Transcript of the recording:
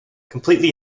completely